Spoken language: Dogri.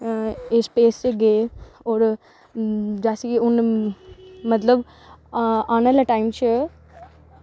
एह् स्पेस च गे होर जैसी हून मतलब आने आह्ले टाईम च